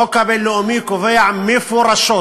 החוק הבין-לאומי קובע מפורשות